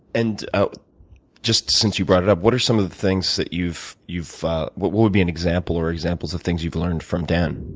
and just since you brought it up, what are some of the things that you've you've what what would be an example, or examples of things you've learned from dan?